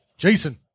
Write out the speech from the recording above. Jason